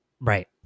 Right